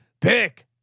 Pick